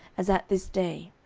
as at this day?